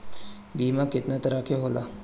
बीमा केतना तरह के होला?